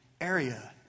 area